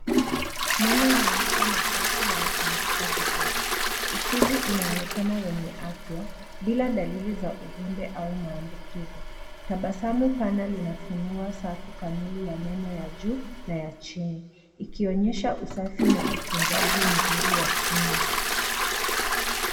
Meno meupe na safi yamepangika vizuri. Ufizi unaonekana wenye afya bila dalili za ufimbe au maambukizi. Tabasamu pana linafunua safu kamili ya meno ya juu na ya chini. Ikionyesha usafi na utunzaji mzuri wa kinywa.